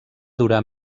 durar